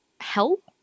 help